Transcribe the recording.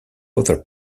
other